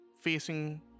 facing